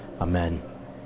Amen